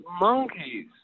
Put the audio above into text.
monkeys